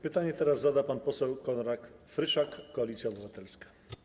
Pytanie teraz zada pan poseł Konrad Frysztak, Koalicja Obywatelska.